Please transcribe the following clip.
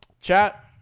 chat